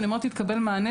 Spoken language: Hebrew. כשאני אומרת התקבל מענה,